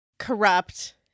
corrupt